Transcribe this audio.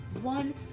one